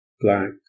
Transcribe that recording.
black